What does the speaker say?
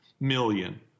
million